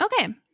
Okay